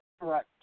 correct